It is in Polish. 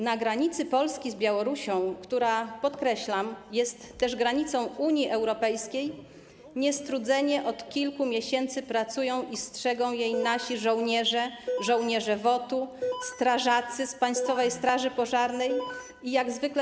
Na granicy Polski z Białorusią, która - podkreślam - jest też granicą Unii Europejskiej, niestrudzenie od kilku miesięcy pracują i strzegą jej nasi żołnierze, żołnierze WOT-u, strażacy z Państwowej Straży Pożarnej i jak zwykle.